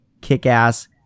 kick-ass